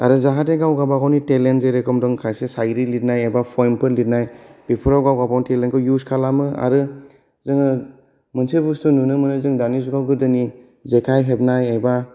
आरो जाहाथे गाव गाबागावनि टेलेन्ट जेरैखम दं खायसे शायरि लिरनाय एबा पइमफोर लिरनाय बेफोराव गाबागावनि टेलेन्टखौ युस खालामो आरो जोङो मोनसे बुस्तु नुनो मोनो जोङो दानि जुगाव गोदोनि जेखाइ हेबनाय एबा